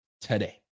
today